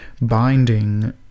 binding